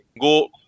go